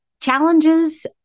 challenges